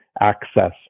access